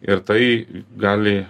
ir tai gali